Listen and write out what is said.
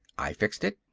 i fixed it.